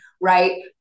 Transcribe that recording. right